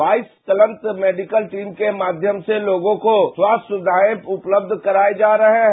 बाईस चलंत medical team के माय्यम से लोगों को स्वस्थ सुवियाएं उपलब्ध कराये जा रहे हैं